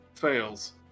Fails